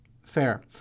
Fair